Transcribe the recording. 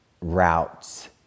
routes